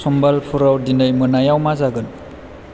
समबालपुराव दिनै मोनायाव मा जागोन